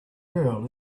girl